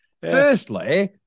Firstly